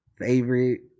Favorite